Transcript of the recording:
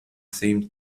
seemed